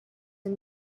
and